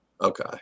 Okay